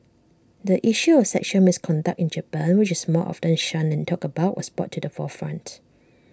the issue of sexual misconduct in Japan which is more often shunned than talked about was brought to the forefront